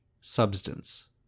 substance